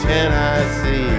Tennessee